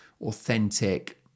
authentic